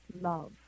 love